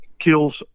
kills